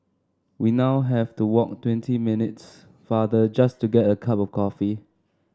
we now have to walk twenty minutes farther just to get a cup of coffee